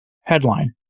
Headline